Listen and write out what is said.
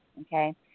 okay